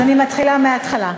אז אני מתחילה מההתחלה.